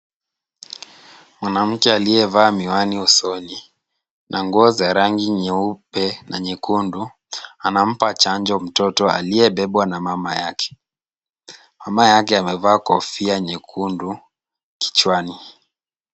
Mwanamke aliyevaa miwani usoni na nguo za rangi nyeupe na nyekundu anampa chanjo mtoto aliyebebwa na mama yake. Mama yake amevaa kofia nyekundu kichwani.